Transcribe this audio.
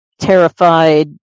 terrified